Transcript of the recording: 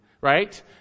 right